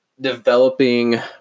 developing